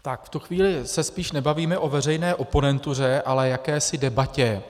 Tak v tu chvíli se spíš nebavíme o veřejné oponentuře, ale jakési debatě.